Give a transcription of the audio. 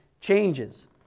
changes